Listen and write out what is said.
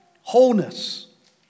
Wholeness